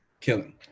killing